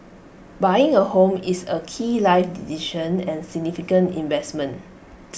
buying A home is A key life decision and significant investment